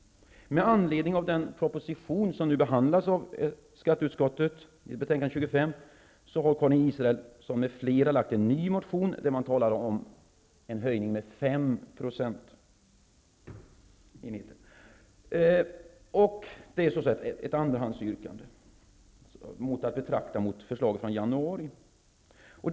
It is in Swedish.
Med anledning av den proposition som behandlas av skatteutskottet i betänkande nr 25 har Karin Israelsson m.fl. väckt en ny motion, i vilken man talar om en höjning med Vårt yrkande i denna fråga är som sagt ett andrahandsyrkande, om förslaget från januari faller.